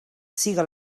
siga